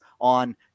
on